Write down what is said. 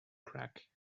crack